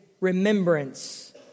remembrance